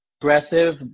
aggressive